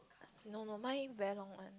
no no mine very long one